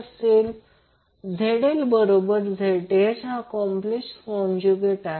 ZL बरोबर Zth चा complex conjugate आहे